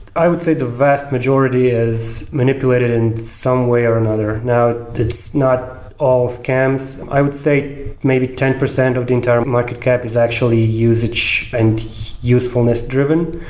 i would say the vast majority is manipulated in some way or another. now it's not all scams. i would say maybe ten percent of the entire market cap is actually usage and usefulness driven.